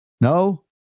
No